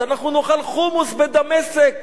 אנחנו נאכל חומוס בדמשק,